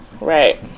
Right